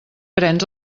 prens